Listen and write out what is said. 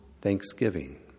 Thanksgiving